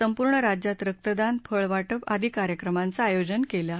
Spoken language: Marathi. संपूर्ण राज्यात रक्तदानए फळ वा पि आदी कार्यक्रमांचं आयोजन केलं आहे